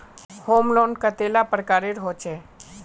Home loan कतेला प्रकारेर होचे?